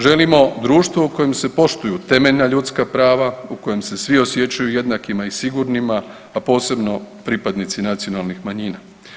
Želimo društvo u kojem se poštuju temeljna ljudska prava, u kojem se svi osjećaju jednakima i sigurnima, a posebno pripadnici nacionalnih manjina.